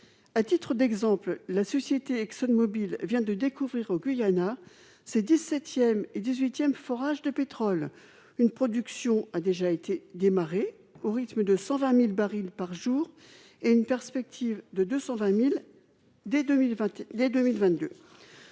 à titre d'exemple, la société Exxon Mobil vient de découvrir au Guyana, ses 17ème et 18ème forages de pétrole, une production a déjà été démarré au rythme de 120000 barils par jour et une perspective de 220000 dès 2020